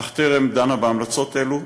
אך טרם דנה בהמלצות אלו.